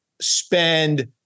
spend